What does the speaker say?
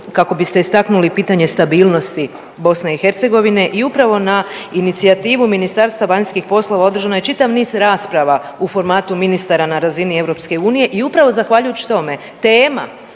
kako biste istaknuli pitanje stabilnosti BiH i upravo na inicijativu Ministarstva vanjskih poslova održano je čitav niz rasprava u formatu ministara na razini EU. I upravo zahvaljujući tome tema